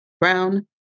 Brown